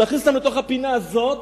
ולהכניס אותם לפינה הזאת,